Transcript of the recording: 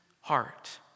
heart